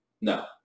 No